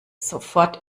sofort